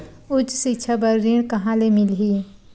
उच्च सिक्छा बर ऋण कहां ले मिलही?